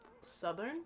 Southern